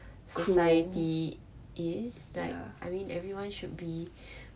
society is like I mean everyone should be